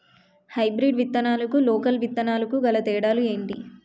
Hybrid విత్తనాలకు local విత్తనాలకు గల తేడాలు ఏంటి?